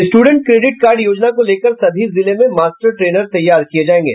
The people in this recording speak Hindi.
स्ट्र्डेंट क्रोडिट कार्ड योजना को लेकर सभी जिले में मास्टर ट्रेनर तैयार किये जायेंगे